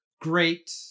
Great